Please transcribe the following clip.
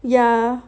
yeah